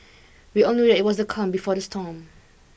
we all knew that it was the calm before the storm